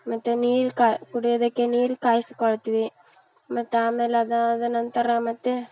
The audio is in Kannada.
ಮತ್ತು ನೀರು ಕಾ ಕುಡಿಯೋದಕ್ಕೆ ನೀರು ಕಾಯಿಸಿಕೊಳ್ತೀವಿ ಮತ್ತು ಆಮೇಲೆ ಅದು ಆದ ನಂತರ ಮತ್ತು